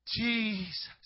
Jesus